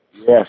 Yes